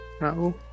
No